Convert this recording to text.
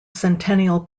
centennial